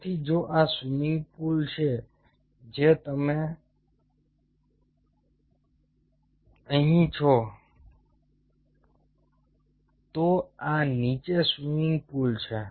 તેથી જો આ સ્વિમિંગ પૂલ છે જે તમે અહીં છો તો આ નીચે સ્વિમિંગ પૂલ છે